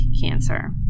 cancer